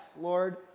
Lord